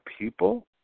people